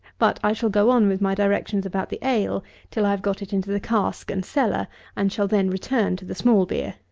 but, i shall go on with my directions about the ale till i have got it into the cask and cellar and shall then return to the small-beer.